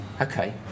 okay